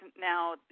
now